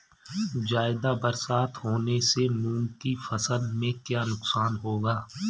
ज़्यादा बरसात होने से मूंग की फसल में क्या नुकसान होगा?